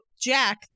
Jack